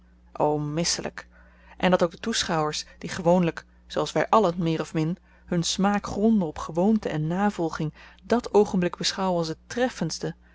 o misselyk en dat ook de toeschouwers die gewoonlyk zooals wy allen meer of min hun smaak gronden op gewoonte en navolging dàt oogenblik beschouwen als het treffendste